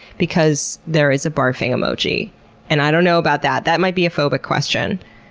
because there is a barfing emoji and i don't know about that. that might be a phobic question.